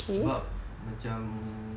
sebab macam